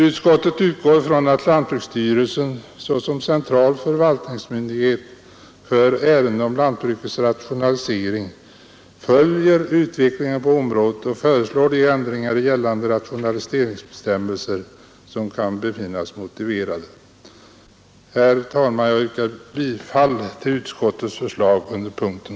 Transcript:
Utskottet utgår från att lantbruksstyrelsen, såsom central förvaltningsmyndighet för ärenden om lantbruket och lantbrukets rationalisering, följer utvecklingen på området och föreslår de ändringar i gällande rationaliseringsbestämmelser som kan befinnas motiverade. Herr talman! Jag yrkar bifall till utskottets hemställan under punkten ;